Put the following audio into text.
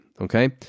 okay